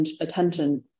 attention